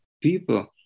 people